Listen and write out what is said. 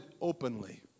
openly